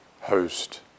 host